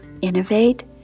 innovate